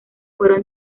fueron